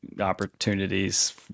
opportunities